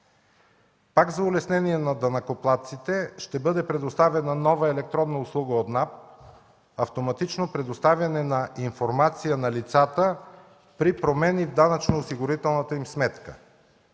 Пак за улеснение на данъкоплатците ще бъде предоставена нова електронна услуга от Националната агенция за приходите – автоматично предоставяне на информация на лицата при промени в данъчно-осигурителната им сметка.